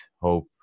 hope